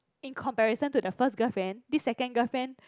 in comparison to the first girlfriend this second girlfriend